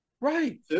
Right